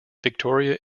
victoria